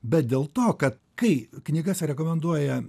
bet dėl to kad kai knygas rekomenduoja